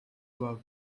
about